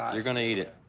you're gonna eat it.